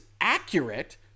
accurate